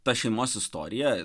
ta šeimos istorija